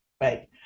right